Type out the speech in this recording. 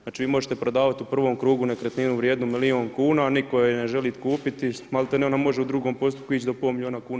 Znači, vi možete prodavati u prvom krugu nekretninu vrijednu milion kuna, nitko je ne želi kupiti, maltene ona može u drugom postupku ići do pola miliona kuna.